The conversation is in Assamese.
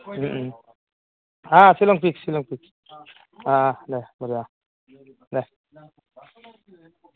অঁ শ্বিলং ফিক্স শ্বিলং ফিক্স অঁ দে বঢ়িয়া দে